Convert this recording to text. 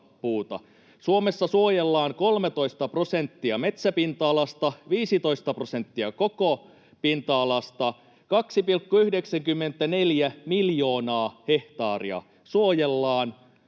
Suomessa suojellaan 13 prosenttia metsäpinta-alasta, 15 prosenttia koko pinta-alasta, 2,94 miljoonaa hehtaaria suojellaan.